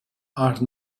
are